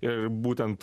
ir būtent